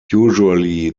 usually